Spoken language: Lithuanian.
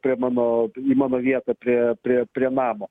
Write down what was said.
prie mano į mano vietą prie prie prie namo